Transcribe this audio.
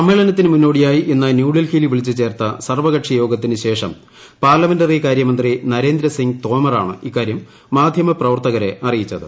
സമ്മേളനത്തിന് മുന്നോടിയായി ഇന്ന് ന്യൂഡൽഹിയിൽ വിളിച്ചു ചേർത്ത സർവ്വകക്ഷിയോഗിത്തിന് ശേഷം പാർലമെന്ററികാര്യ മന്ത്രി നരേന്ദ്രസിംഗ് തോമറ്റാണ്ട് ഇക്കാര്യം മാധ്യമപ്രവർത്തകരെ അറിയിച്ചത്